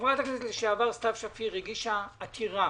חברת הכנסת לשעבר סתיו שפיר הגישה עתירה